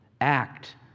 act